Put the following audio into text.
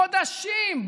חודשים,